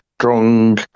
strong